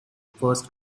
first